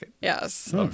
Yes